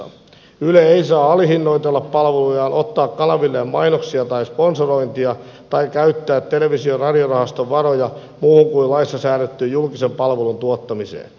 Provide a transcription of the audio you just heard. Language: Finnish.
yle ei saa alihinnoitella palvelujaan ottaa kanavilleen mainoksia tai sponsorointia tai käyttää televisio ja radiorahaston varoja muuhun kuin laissa säädettyyn julkisen palvelun tuottamiseen